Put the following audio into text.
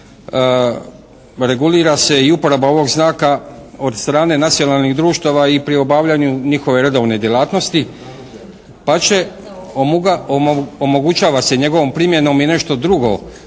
itd., regulira se i uporaba ovog znaka od strane nacionalnih društava i pri obavljaju njihove redovne djelatnosti pa će, omogućava se njegovom primjenom i nešto drugo.